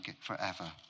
forever